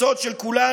שוחד?